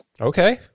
okay